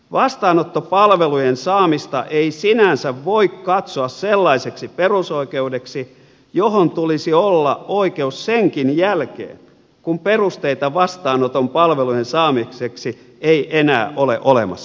vastaanottopalvelujen saamista ei sinänsä voi katsoa sellaiseksi perusoikeudeksi johon tulisi olla oikeus senkin jälkeen kun perusteita vastaanoton palvelujen saamiseksi ei enää ole olemassa